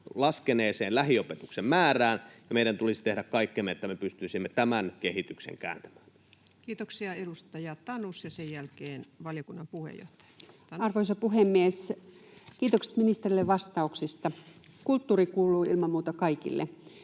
laskeneeseen lähiopetuksen määrään, ja meidän tulisi tehdä kaikkemme, että me pystyisimme tämän kehityksen kääntämään. Kiitoksia. — Edustaja Tanus, ja sen jälkeen valiokunnan puheenjohtaja. Arvoisa puhemies! Kiitokset ministereille vastauksista. Kulttuuri kuuluu ilman muuta kaikille.